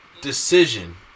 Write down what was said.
decision